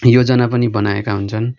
योजना पनि बनाएका हुन्छन्